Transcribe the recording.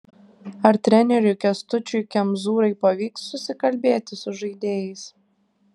ar treneriui kęstučiui kemzūrai pavyks susikalbėti su žaidėjais